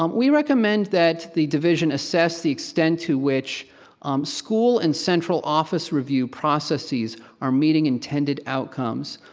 um we recommend that the division assess the extent to which school and central office review processes are meeting intended outcomes.